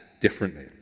differently